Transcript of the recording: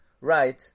right